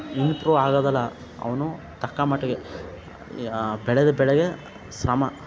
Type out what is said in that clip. improve ಆಗೋದಲಾ ಅವನು ತಕ್ಕ ಮಟ್ಟಿಗೆ ಬೆಳೆದ ಬೆಳೆಗೆ ಸಮ